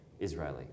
Israeli